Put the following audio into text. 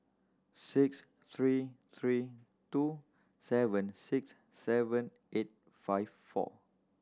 six three three two seven six seven eight five four